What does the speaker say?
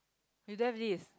you don't have this